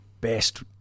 best